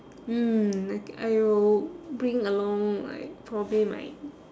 mm I thi~ I will bring along like probably my